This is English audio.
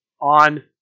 on